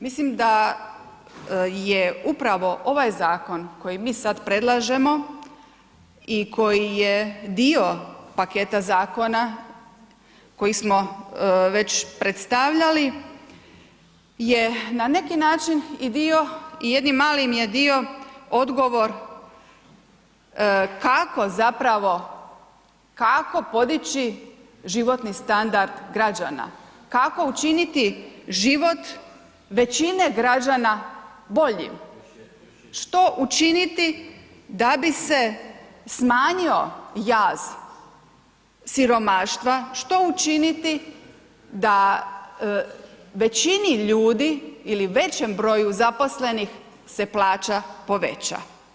Mislim da je upravo ovaj zakon koji mi sada predlažemo i koji je dio paketa zakona koji smo veći predstavljali je na neki način i dio i jednim malim je dio odgovor kako zapravo, kako podići životni standard građana, kako učiniti život većine građana boljim, što učiniti da bi se smanjio jaz siromaštva, što učiniti da većini ljudi ili većem broju zaposlenih se plaća poveća.